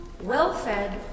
well-fed